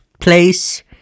place